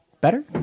better